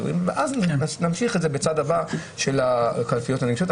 אז נמשיך את זה בצד הבא של הקלפיות הנגישות.